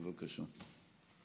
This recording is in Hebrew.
בבקשה.